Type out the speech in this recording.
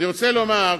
אני רוצה לומר,